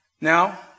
Now